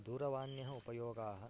दूरवाण्याः उपयोगाः